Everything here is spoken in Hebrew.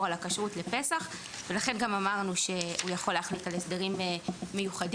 על הכשרות לפסח ולכן גם אמרנו שהוא יכול להחליט על הסדרים מיוחדים,